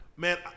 Man